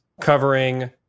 covering